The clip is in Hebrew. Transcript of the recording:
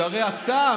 שהרי עתה,